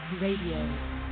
Radio